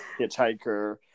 hitchhiker